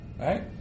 right